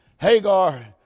Hagar